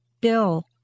bill